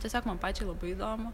tiesiog man pačiai labai įdomu